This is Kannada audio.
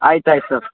ಆಯ್ತು ಆಯ್ತು ಸರ್